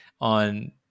on